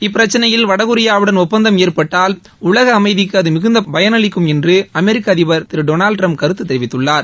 இப்பிரச்சினையில் வடகொரியாவுடன் ஒப்பந்தம் ஏற்பட்டால் உலக அமைதிக்கு அது மிகுந்த பயனளிக்கும் என்று அமெரிக்க அதிபர் திரு டொனால்டு டிரம்ப் கருத்து தெரிவித்துள்ளார்